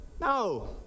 No